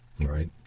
Right